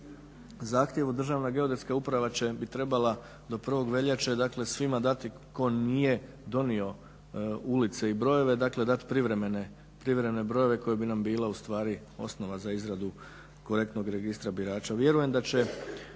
zahtjevu Državna geodetska uprava inače bi trebala do 1. veljače dakle svima dati tko nije donio ulice i brojeve, dakle dat privremene brojeve koje bi nam bila ustvari osnova za izradu korektnog registra birača. Vjerujem da će